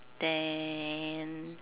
then